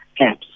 apps